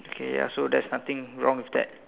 okay ya so there's nothing wrong with that